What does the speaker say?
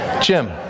Jim